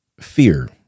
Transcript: fear